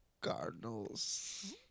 Cardinals